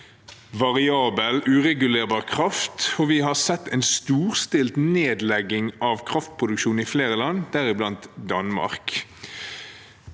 variabel og uregulerbar kraft, og vi har sett en storstilt nedlegging av kraftproduksjon i flere land, deriblant Danmark.